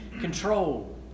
control